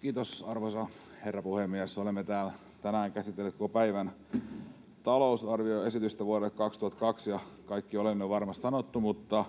Kiitos, arvoisa herra puhemies! Olemme täällä tänään käsitelleet koko päivän talousarvioesitystä vuodelle 2022, ja kaikki oleellinen on varmasti sanottu, mutta